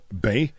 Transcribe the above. Bay